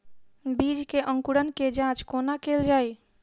बीज केँ अंकुरण केँ जाँच कोना केल जाइ?